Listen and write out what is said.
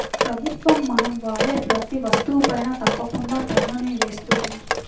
ప్రభుత్వం మనం వాడే ప్రతీ వస్తువుపైనా తప్పకుండా పన్నుని వేస్తుంది